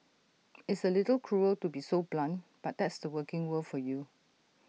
it's A little cruel to be so blunt but that's the working world for you